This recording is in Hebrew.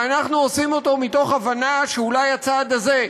ואנחנו עושים אותו מתוך הבנה שאולי הצעד הזה,